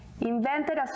invented